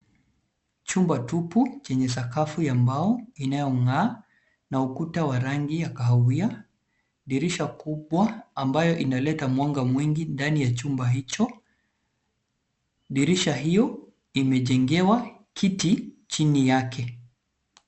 Chumba tupu chenye sakafu ya mbao inayong'aa na ukuta wa rangi ya kahawia, dirisha kubwa ambayo inaleta mwanga mwingi ndani ya chumba hicho. Dirisha hiyo imejengewa kiti chini yake.